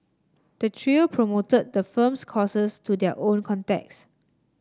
the trio promoted the firm's courses to their own contacts